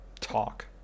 talk